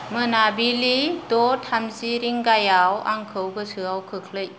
मोनाबिलि द' थामजि रिंगायाव आंखौ गोसोआव खोख्लै